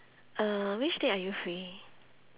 uh which date are you free